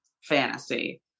fantasy